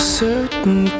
certain